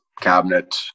cabinet